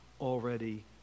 already